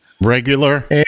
regular